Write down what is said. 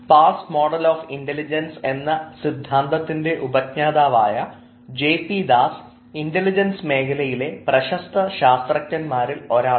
pass model of intelligence എന്ന സിദ്ധാന്തത്തിൻറെ ഉപജ്ഞാതാവായ ജെ പി ദാസ് ഇന്റലിജൻസ് മേഖലയിലെ പ്രശസ്ത ശാസ്ത്രജ്ഞരിൽ ഒരാളാണ്